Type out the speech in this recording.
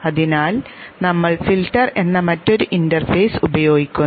അതിനാൽ നമ്മൾ ഫിൽട്ടർ എന്ന മറ്റൊരു ഇന്റർഫേസ് ഉപയോഗിക്കുന്നു